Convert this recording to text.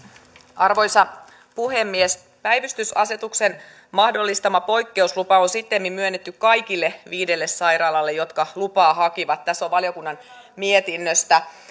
arvoisa puhemies päivystysasetuksen mahdollistama poikkeuslupa on sittemmin myönnetty kaikille viidelle sairaalalle jotka lupaa hakivat tämä on valiokunnan mietinnöstä